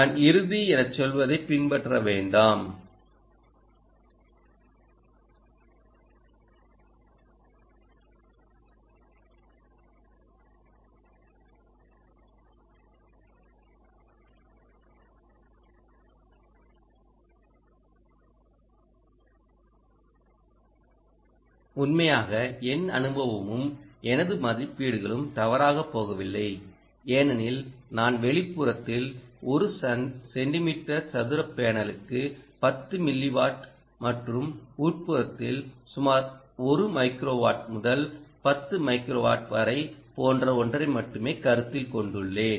நான் இறுதி எனச் சொல்வதைப் பின்பற்ற வேண்டாம் உண்மையாக என் அனுபவமும் எனது மதிப்பீடுகளும் தவறாகப் போகவில்லை ஏனெனில் நான் வெளிப்புறத்தில் 1 சென்டிமீட்டர் சதுர பேனலுக்கு 10 மில்லி வாட் மற்றும் உட்பறத்தில் சுமார் 1 மைக்ரோவாட் முதல் 10 மைக்ரோவாட் வரை போன்ற ஒன்றை மட்டுமே கருத்தில் கொண்டுள்ளேன்